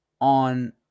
on